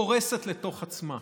קורסת לתוך עצמה,